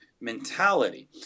mentality